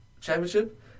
championship